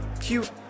Cute